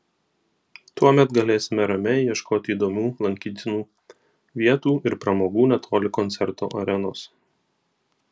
tuomet galėsime ramiai ieškoti įdomių lankytinų vietų ir pramogų netoli koncerto arenos